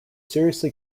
seriously